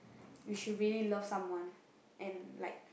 we should really love someone and like